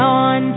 on